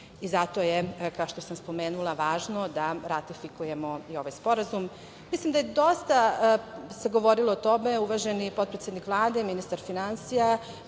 Zato je, kao što sam spomenula važno da ratifikujemo i ovaj sporazum. Mislim da se dosta govorilo o tome, uvaženi potpredsednik Vlade, ministar finansija